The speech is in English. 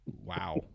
Wow